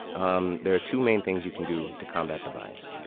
um there are two main things you can do to combat the bias.